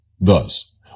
Thus